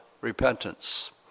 repentance